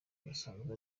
basanzwe